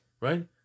right